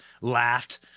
Laughed